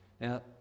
Now